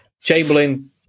chamberlain